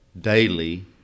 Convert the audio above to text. daily